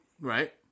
Right